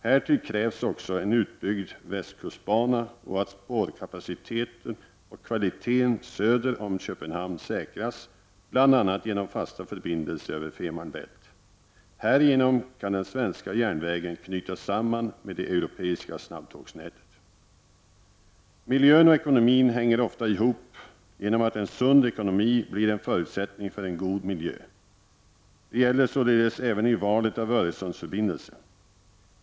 Härtill krävs också en utbyggd västkustbana och att spårkapacitet och spårkvalitet söder om Köpenhamn säkras, bl.a. genom fasta förbindelser över Femer Bält. Härigenom kan den svenska järnvägen knytas samman med det europeiska snabbtågsnätet. Miljön och ekonomin hänger ofta ihop genom att en sund ekonomi blir en förutsättning för en god miljö. Det gäller således även i valet av Öresundsförbindelse.